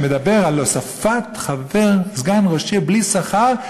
שמדברים על הוספת סגן ראש עיר בלי שכר,